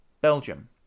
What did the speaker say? Belgium